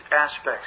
aspects